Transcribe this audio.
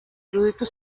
iruditu